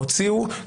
הוציאו,